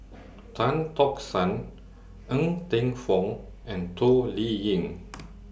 Tan Tock San Ng Teng Fong and Toh Liying